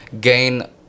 gain